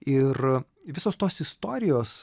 ir visos tos istorijos